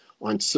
on